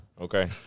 Okay